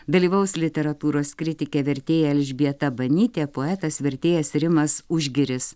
dalyvaus literatūros kritikė vertėja elžbieta banytė poetas vertėjas rimas užgiris